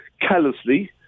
callously